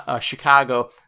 Chicago